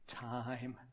time